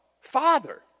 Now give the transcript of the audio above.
Father